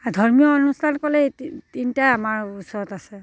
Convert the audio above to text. আৰু ধৰ্মীয় অনুষ্ঠান ক'লে এই তিনি তিনিটাই আমাৰ ওচৰত আছে